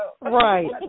Right